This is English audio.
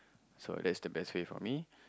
so that's the best way for me